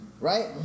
right